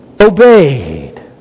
obeyed